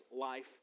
life